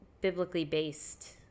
biblically-based